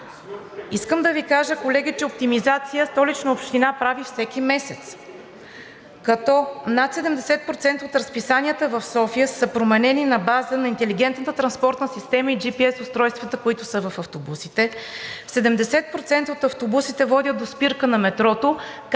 Искам да Ви кажа, колеги, че оптимизация Столична община прави всеки месец, като над 70% от разписанията в София са променени на база на интелигентната транспортна система и GPS устройствата, които са в автобусите. 70% от автобусите водят до спирка на метрото,